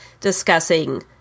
discussing